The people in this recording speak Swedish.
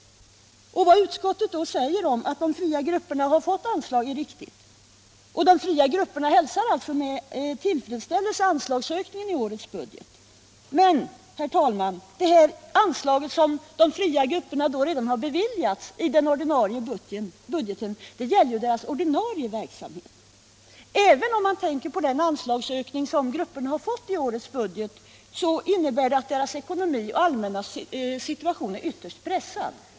Utskottet framhåller att de fria grupperna har fått anslag, vilket är riktigt. De fria grupperna hälsar med tillfredsställelse anslagsökningen i årets budget. Men, herr talman, det anslag som de fria grupperna redan har beviljats i budgeten gäller endast ordinarie verksamhet. Även om man tänker på den anslagsökning som grupperna har fått i årets budget, är deras ekonomi och allmänna situation ytterst pressad.